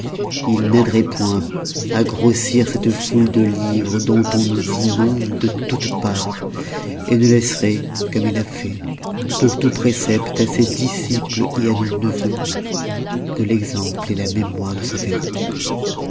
il n'aideroit point à grossir cette foule de livres dont on nous inonde de toutes parts ne laisseroit comme il a fait pour tout précepte à ses disciples à nos neveux que l'exemple la mémoire de sa vertu